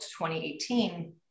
2018